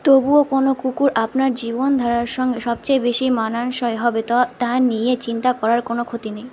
তবুও কোনো কুকুর আপনার জীবনধারার সঙ্গে সবচেয়ে বেশি মানানসই হবে ত তা নিয়ে চিন্তা করার কোনো ক্ষতি নেই